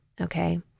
Okay